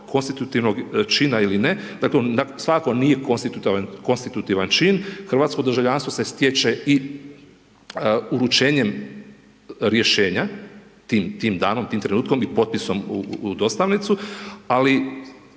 konstituvnog čina ili ne, dakle, svako nije konstitutivan čin, hrvatsko državljanstvo se stječe i uručenjem rješenja, tim danom, tim trenutkom i potpisom u dostavnicu, ali